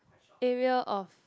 area of